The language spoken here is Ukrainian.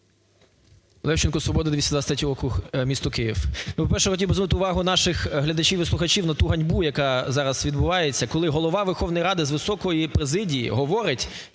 Левченко, "Свобода", 223 округ, місто Київ. Ну, по-перше, хотів би звернути увагу наших глядачів і слухачів на ту ганьбу, яка зараз відбувається, коли Голова Верховної Ради з високої президії говорить,